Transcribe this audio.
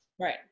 Right